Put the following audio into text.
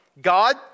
God